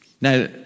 Now